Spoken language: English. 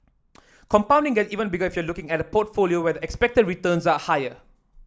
compounding get even bigger if you're looking at a portfolio where the expected returns are higher